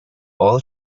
all